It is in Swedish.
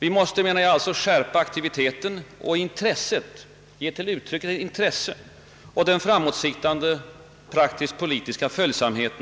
Vi måste alltså skärpa aktiviteten och ge till uttryck intresse och framåtsiktande politisk följsamhet